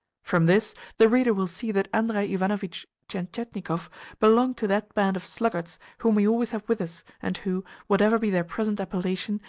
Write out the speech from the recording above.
from this the reader will see that andrei ivanovitch tientietnikov belonged to that band of sluggards whom we always have with us, and who, whatever be their present appellation,